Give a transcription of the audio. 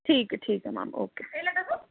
ਠੀਕ ਆ ਠੀਕ ਆ ਮੈਮ ਓਕੇ